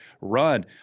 run